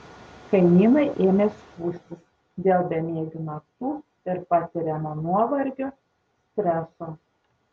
kaimynai ėmė skųstis dėl bemiegių naktų ir patiriamo nuovargio streso